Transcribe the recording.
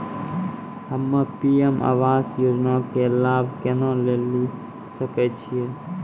हम्मे पी.एम आवास योजना के लाभ केना लेली सकै छियै?